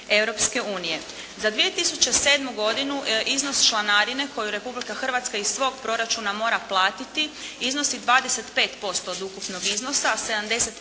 Za 2007. godinu iznos članarine koju Republika Hrvatska iz svog proračuna mora platiti iznosi 25% od ukupnog iznosa